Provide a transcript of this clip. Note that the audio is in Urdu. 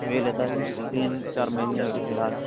ابھی لیا تھا جی تین چار مہینے ہوئے فی الحال